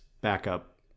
backup